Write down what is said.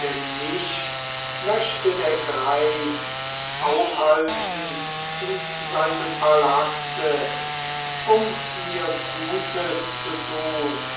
denn mich möchte der greis aufhalten in seinem palaste um mir gutes zu tun